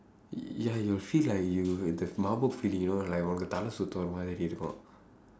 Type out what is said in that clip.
ya you'll feel like you have the mabuk feeling you know like உனக்கு தலை சுத்தும் ஒரு மாதிரி இருக்கும்:unakku thalai suththum oru maathiri irukkum